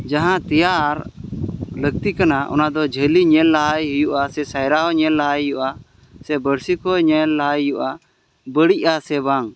ᱡᱟᱦ ᱛᱮᱭᱟᱨ ᱞᱟᱹᱠᱛᱤ ᱠᱟᱱᱟ ᱚᱱᱟ ᱫᱚ ᱡᱷᱟᱹᱞᱤ ᱧᱮᱞ ᱞᱟᱦᱟᱭ ᱦᱩᱭᱩᱜᱼᱟ ᱥᱮ ᱥᱟᱭᱨᱟ ᱦᱚᱸ ᱧᱮᱞ ᱞᱟᱦᱟᱭ ᱦᱩᱭᱩᱜᱼᱟ ᱥᱮ ᱵᱟᱹᱲᱥᱤ ᱠᱚ ᱧᱮᱞ ᱞᱟᱦᱟᱭ ᱦᱩᱭᱩᱜᱼᱟ ᱵᱟᱹᱲᱤᱡ ᱟᱥᱮ ᱵᱟᱝ